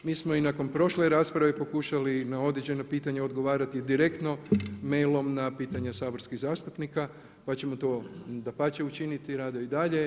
Mi smo i nakon prošle rasprave pokušali i na određena pitanja odgovarati direktno mailom na pitanja saborskih zastupnika, pa ćemo to dapače učiniti rado i dalje.